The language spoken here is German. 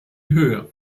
höhe